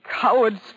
cowards